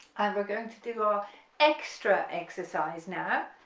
we're going to do our extra exercise now,